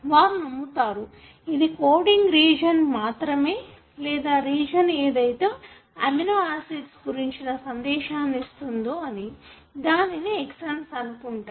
వారు నమ్ముతారు ఇది కోడింగ్ రీజియన్ మాత్రమే లేదా రీజియన్ ఏదైతే అమినోయాసిడ్స్ గురించిన సందేశాన్ని ఇస్తుందో అని దానిని ఎక్సన్ అనుకుంటారు